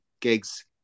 gigs